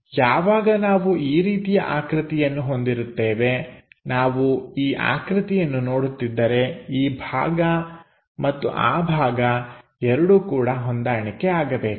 ಯಾವಾಗ ನಾವು ಈ ರೀತಿಯ ಆಕೃತಿಯನ್ನು ಹೊಂದಿರುತ್ತೇವೆ ನಾವು ಈ ಆಕೃತಿಯನ್ನು ನೋಡುತ್ತಿದ್ದರೆ ಈ ಭಾಗ ಮತ್ತು ಆ ಭಾಗ ಎರಡೂ ಕೂಡ ಹೊಂದಾಣಿಕೆ ಆಗಬೇಕು